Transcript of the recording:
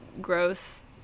gross